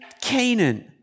Canaan